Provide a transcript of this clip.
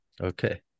Okay